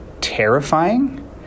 terrifying